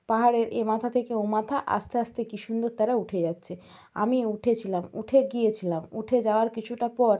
পাহাড়ের এ মাথা থেকে ও মাথা আস্তে আস্তে কী সুন্দর তারা উঠে যাচ্ছে আমি উঠেছিলাম উঠে গিয়েছিলাম উঠে যাওয়ার কিছুটা পর